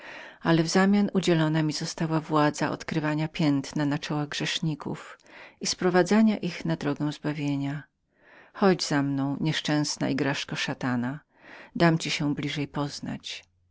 ale w zamian udzieloną mi została władza odkrywania występków na czole grzesznika i sprowadzenia go na drogę zbawienia chodź za mną nieszczęsna igraszko szatana dam ci się bliżej poznać